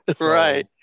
Right